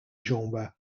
genre